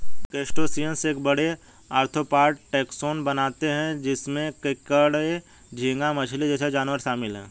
crustaceans एक बड़े, arthropod taxon बनाते हैं जिसमें केकड़े, झींगा मछली जैसे जानवर शामिल हैं